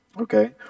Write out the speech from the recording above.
Okay